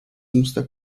muster